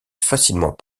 facilement